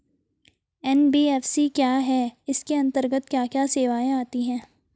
NBFC क्या है इसके अंतर्गत क्या क्या सेवाएँ आती हैं?